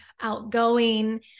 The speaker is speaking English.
outgoing